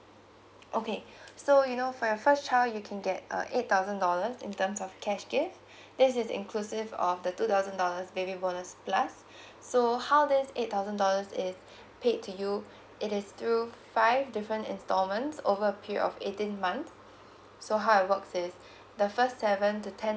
okay so you know for your first child you can get uh eight thousand dollars in terms of cash gift this is inclusive of the two thousand dollars baby bonus plus so how this eight thousand dollars is paid to you it is through five different installments over a period of eighteen months so how it works is the first seven to ten